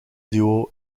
duo